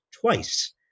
twice